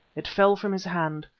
it fell from his hand.